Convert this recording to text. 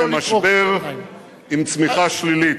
קיבלנו משק במשבר עם צמיחה שלילית,